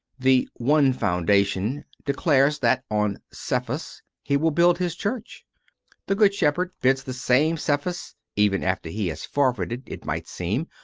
the one foundation declares that on cephas he will build his church the good shepherd bids the same cephas, even after he has forfeited, it might seem,